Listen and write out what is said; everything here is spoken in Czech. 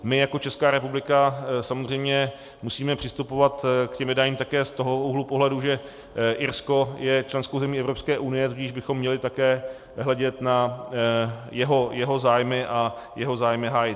My jako Česká republika samozřejmě musíme přistupovat k těm jednáním také z toho úhlu ohledu, že Irsko je členskou zemí Evropské unie, tudíž bychom měli také hledět na jeho zájmy a jeho zájmy hájit.